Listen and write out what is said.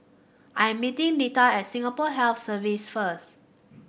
I am meeting Lita at Singapore Health Services first